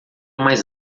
mais